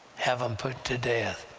have them put to death,